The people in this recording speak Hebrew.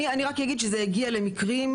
אני רק יגיד שזה הגיע למקרים,